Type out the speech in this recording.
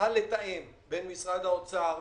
שצריכה לתאם בין משרד האוצר וכולי,